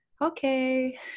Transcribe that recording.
okay